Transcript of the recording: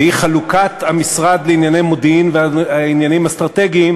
והיא חלוקת המשרד לענייני מודיעין ועניינים אסטרטגיים